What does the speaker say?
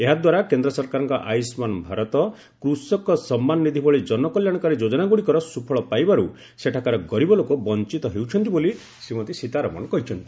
ଏହାଦ୍ୱାରା କେନ୍ଦ୍ର ସରକାରଙ୍କ ଆୟୁଷ୍ମାନ ଭାରତ କୃଷକ ସମ୍ମାନ ନିଧି ଭଳି ଜନକଲ୍ୟାଣକାରୀ ଯୋଜନାଗୁଡ଼ିକର ସୁଫଳ ପାଇବାରୁ ସେଠାକାର ଗରିବ ଲୋକ ବଞ୍ଚତ ହେଉଛନ୍ତି ବୋଲି ଶ୍ରୀମତୀ ସୀତାରମଣ କହିଚ୍ଛନ୍ତି